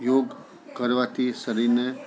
યોગ કરવાથી શરીરને